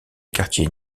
quartier